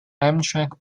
amtrak